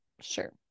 sure